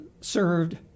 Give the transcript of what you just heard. served